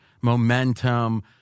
momentum